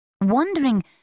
Wondering